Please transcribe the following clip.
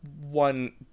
One